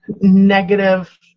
negative